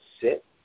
sit